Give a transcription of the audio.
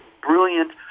brilliant